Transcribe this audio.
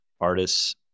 artists